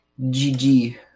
GG